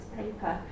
paper